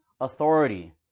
authority